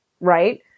right